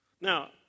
Now